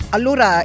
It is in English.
Allora